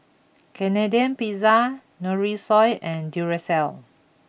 Canadian Pizza Nutrisoy and Duracell